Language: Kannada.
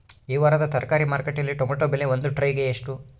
ಈ ವಾರದ ತರಕಾರಿ ಮಾರುಕಟ್ಟೆಯಲ್ಲಿ ಟೊಮೆಟೊ ಬೆಲೆ ಒಂದು ಟ್ರೈ ಗೆ ಎಷ್ಟು?